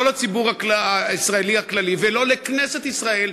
לא לציבור הישראלי הכללי ולא לכנסת ישראל,